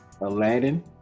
Aladdin